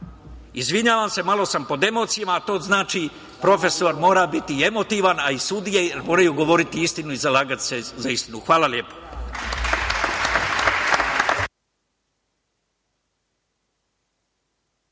grada. Izvinjavam se, malo sam pod emocijama, a to znači da profesor mora biti i emotivan, a i sudije, jer moraju govoriti istinu i zalagati se za istinu. Hvala lepo.